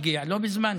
הגיע לא בזמן,